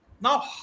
Now